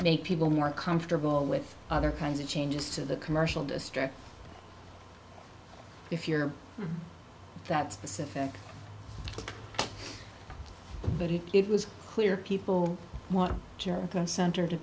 make people more comfortable with other kinds of changes to the commercial district if you're that specific but if it was clear people want to go center to